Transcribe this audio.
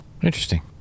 Interesting